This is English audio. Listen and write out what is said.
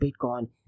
Bitcoin